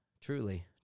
truly